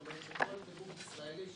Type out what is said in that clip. זאת אומרת שכל דירוג ישראלי ש"מעלות"